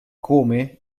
come